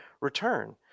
return